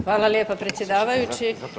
Hvala lijepa predsjedavajući.